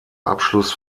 abschluss